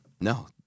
No